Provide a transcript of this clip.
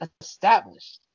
established